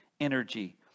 energy